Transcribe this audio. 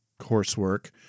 coursework